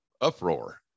uproar